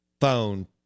phone